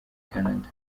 canada